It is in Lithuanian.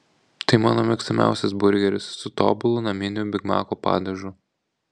tai mano mėgstamiausias burgeris su tobulu naminiu bigmako padažu